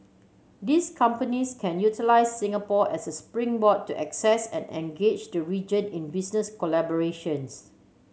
these companies can utilise Singapore as a springboard to access and engage the region in business collaborations